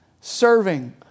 serving